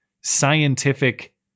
Scientific